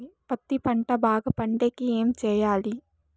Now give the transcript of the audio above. పత్తి పంట బాగా పండే కి ఏమి చెయ్యాలి?